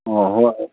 ꯑꯣ ꯍꯣꯏ